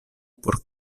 por